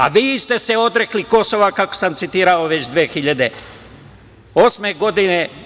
A, vi ste se odrekli Kosova, kako sam citirao, već 2008. godine.